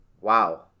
Wow